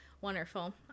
Wonderful